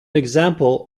example